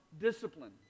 discipline